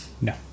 No